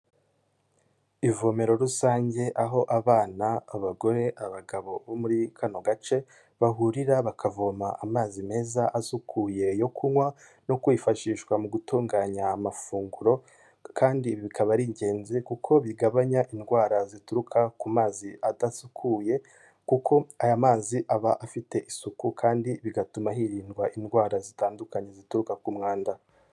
Ivomero rusange aho abana, abagore, abagabo bo muri kano gace bahurira bakavoma amazi meza asukuye yo kunywa no kwifashishwa mu gutunganya amafunguro, kandi bikaba ari ingenzi kuko bigabanya indwara zituruka ku mazi adasukuye, kuko aya mazi aba afite isuku kandi bigatuma hirindwa indwara zitandukanye zituruka ku mwanda.